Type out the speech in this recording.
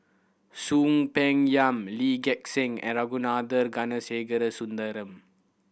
Soon Peng Yam Lee Gek Seng and Ragunathar Kanagasuntheram